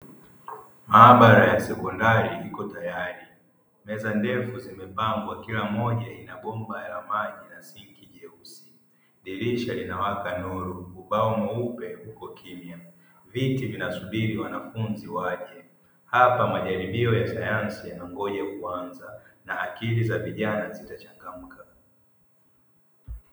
Maabara ya sekondari ipo tayari, meza ndefu zimepambwa kila moja ina bomba la maji lenye sinki jeusi, dirisha linawaka nuru, ubao mweupe upo kimya, viti vinasubiri wanafunzi waje, hapa majaribio ya sayansi yanangoja kuanza, na akili za vijana zitachangamka.